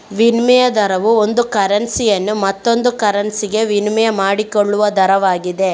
ವಿನಿಮಯ ದರವು ಒಂದು ಕರೆನ್ಸಿಯನ್ನು ಮತ್ತೊಂದು ಕರೆನ್ಸಿಗೆ ವಿನಿಮಯ ಮಾಡಿಕೊಳ್ಳುವ ದರವಾಗಿದೆ